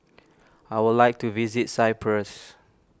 I would like to visit Cyprus